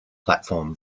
platform